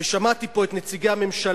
ושמעתי פה את נציגי הממשלה,